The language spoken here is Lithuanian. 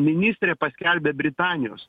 ministrė paskelbė britanijos